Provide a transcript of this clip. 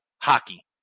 hockey